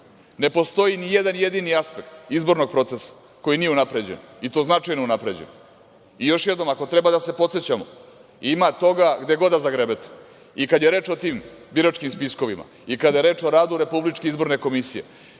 postoji ni jedan jedini aspekt izbornog procesa koji nije unapređen, i to značajno unapređen, i još jednom, ako treba da se podsećamo, ima toga gde god da zagrebete i kad je reč o tim biračkim spiskovima, i kada je reč o radu RIK, zar nisu